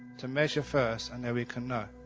to measure first and then we can know.